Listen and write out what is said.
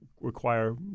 require